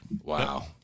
Wow